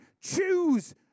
choose